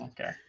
Okay